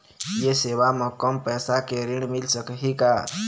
ये सेवा म कम पैसा के ऋण मिल सकही का?